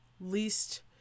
least